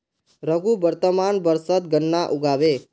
रघु वर्तमान वर्षत गन्ना उगाबे